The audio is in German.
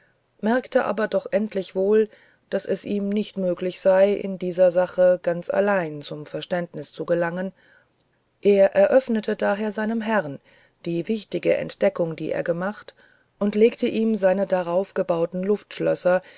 merkte aber doch endlich wohl daß es ihm nicht möglich sei in dieser sache ganz allein zum verständnis zu gelangen er eröffnete daher seinem herrn die wichtige entdeckung die er gemacht und legte ihm seine darauf gebauten luftschlösser